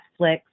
Netflix